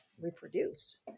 reproduce